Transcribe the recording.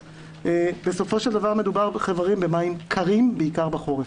בסופו של דבר מדובר במים קרים בעיקר בחורף.